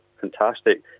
fantastic